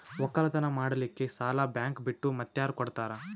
ಒಕ್ಕಲತನ ಮಾಡಲಿಕ್ಕಿ ಸಾಲಾ ಬ್ಯಾಂಕ ಬಿಟ್ಟ ಮಾತ್ಯಾರ ಕೊಡತಾರ?